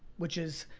which is,